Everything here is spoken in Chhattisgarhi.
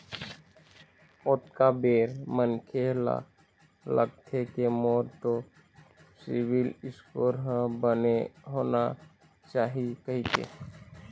ओतका बेर मनखे ल लगथे के मोर तो सिविल स्कोर ह बने होना चाही कहिके